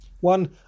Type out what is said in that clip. one